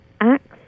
acts